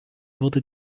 wurden